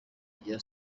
rya